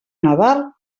nadal